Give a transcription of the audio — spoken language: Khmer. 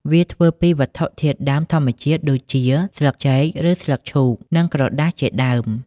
វាធ្វើពីវត្ថុធាតុដើមធម្មជាតិដូចជាស្លឹកចេក ឬស្លឹកឈូក និងក្រដាសជាដើម។